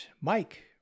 Mike